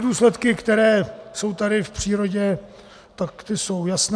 Důsledky, které jsou tady v přírodě, tak ty jsou jasné.